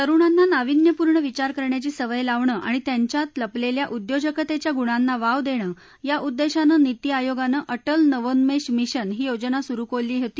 तरुणांना नाविन्यपूर्ण विचार करायची सवय लावणं आणि त्यांच्या लपलेल्या उद्योजकतेच्या गुणांना वाव देणं या उद्देशानं नीती आयोगानं अटल नवोन्मेष मिशन ही योजना सुरु केली होती